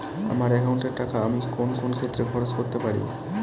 আমার একাউন্ট এর টাকা আমি কোন কোন ক্ষেত্রে খরচ করতে পারি?